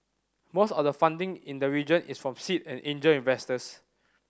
most of the funding in the region is from seed and angel investors